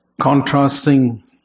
contrasting